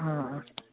हां